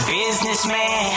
businessman